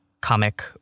comic